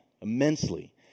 immensely